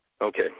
okay